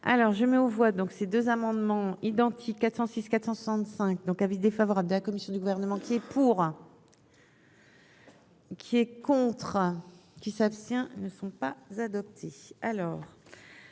alors je mets aux voix donc ces deux amendements identiques 406 465 donc avis défavorable de la commission du gouvernement qui est pour. Qui est contre qui s'abstient ne sont pas adoptés, alors